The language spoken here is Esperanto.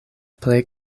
plej